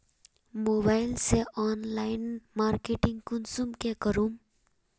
Mobile से online marketing कुंसम के करूम?